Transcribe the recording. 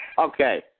Okay